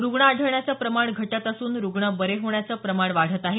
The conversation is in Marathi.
रुग्ण आढळण्याचं प्रमाण घटत असून रुग्ण बरे होण्याचं प्रमाण वाढत आहे